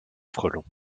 frelons